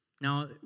Now